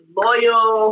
loyal